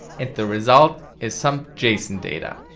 and the result is some json data.